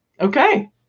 Okay